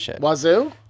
Wazoo